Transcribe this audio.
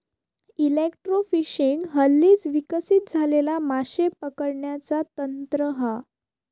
electrofishing हल्लीच विकसित झालेला माशे पकडण्याचा तंत्र हा